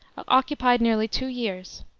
occupied nearly two years.